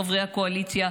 חברי הקואליציה,